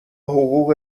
حقوق